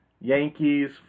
Yankees